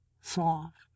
soft